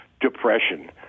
depression